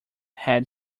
had